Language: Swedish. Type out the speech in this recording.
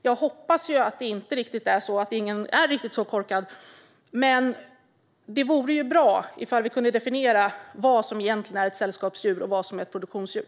Jag hoppas ingen är riktigt så korkad. Men det vore bra om vi kunde definiera vad som egentligen är ett sällskapsdjur och vad som är ett produktionsdjur.